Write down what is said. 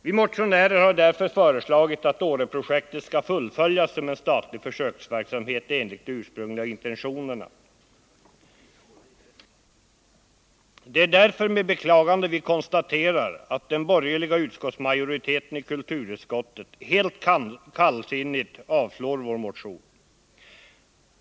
Vi motionärer har därför föreslagit att Åreprojektet skall fullföljas som en statlig försöksverksamhet enligt de ursprungliga intentionerna. Det är därför med beklagande som vi konstaterar att den borgerliga majoriteten i kulturutskottet helt kallsinnigt avstyrker vår motion.